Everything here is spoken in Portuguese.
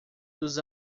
dos